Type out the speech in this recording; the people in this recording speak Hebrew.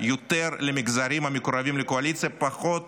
יותר למגזרים המקורבים לקואליציה, ופחות